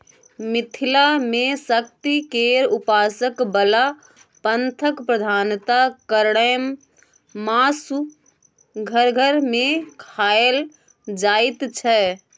मिथिला मे शक्ति केर उपासक बला पंथक प्रधानता कारणेँ मासु घर घर मे खाएल जाइत छै